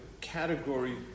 category